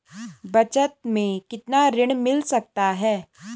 बचत मैं कितना ऋण मिल सकता है?